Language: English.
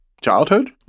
childhood